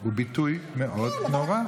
הוא ביטוי מאוד נורא.